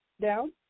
down